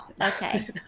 okay